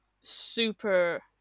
super